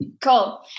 Cool